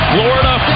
Florida